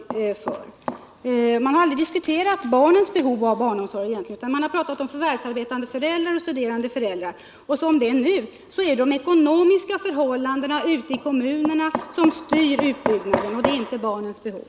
Egentligen har man aldrig diskuterat barnens behov av barnomsorg, utan man har talat om förvärvsarbetande och studerande föräldrar. I dag är det de ekonomiska förhållandena i kommunerna som styr utbyggnaden och inte barnens behov.